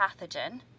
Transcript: pathogen